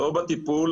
לא בטיפול